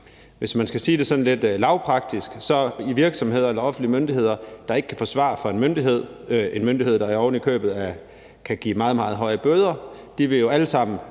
Hvis man skal sige det sådan lidt lavpraktisk, så vil virksomheder eller offentlige myndigheder, der ikke kan få svar fra en myndighed, som oven i købet kan give meget, meget høje bøder, jo alle sammen